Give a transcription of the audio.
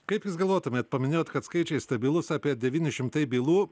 kaip jūs galvotumėt paminėjot kad skaičiai stabilūs apie devyni šimtai bylų